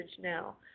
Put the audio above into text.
now